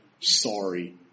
sorry